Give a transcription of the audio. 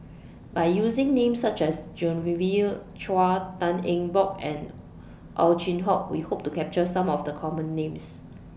By using Names such as Genevieve Chua Tan Eng Bock and Ow Chin Hock We Hope to capture Some of The Common Names